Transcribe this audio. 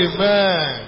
Amen